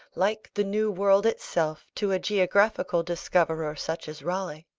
like the new world itself to a geographical discoverer such as raleigh.